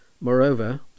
Moreover